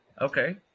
Okay